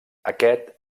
aquest